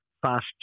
fast